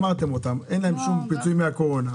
אין להם שום פיצוי מהקורונה.